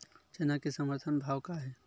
चना के समर्थन भाव का हे?